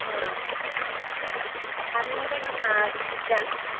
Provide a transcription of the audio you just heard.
ओ थानो जायगाफ्रा दिगदार